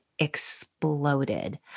exploded